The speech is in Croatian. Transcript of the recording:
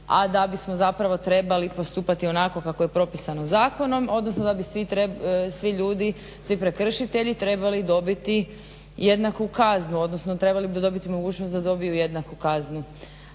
a da bismo zapravo trebali postupati onako kako je propisano zakonom, odnosno da bi svi ljudi, svi prekršitelji trebali dobiti jednaku kaznu, odnosno trebali bi dobiti mogućnost da dobiju jednaku kaznu.